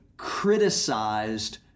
criticized